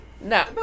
No